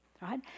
right